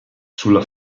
sulla